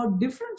different